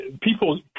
People